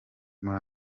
muri